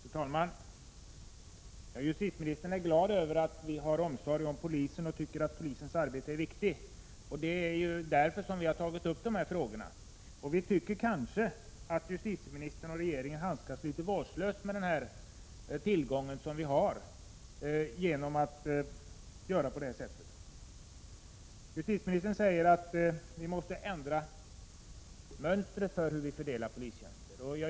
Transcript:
Fru talman! Justitieministern är glad över att vi hyser omsorg om polisen och tycker att polisens arbete är viktigt — det är ju därför vi har tagit upp de här frågorna. Vi tycker kanske att justitieministern och regeringen handskas litet vårdslöst med den tillgång som polisen utgör genom att handla som man gör. Justitieministern säger att vi måste ändra mönstret för hur vi fördelar polistjänsterna.